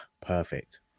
perfect